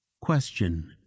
question